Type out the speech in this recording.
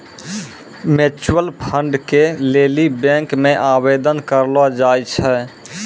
mutual fund के लेली bank मे आवेदन करलो जाय छै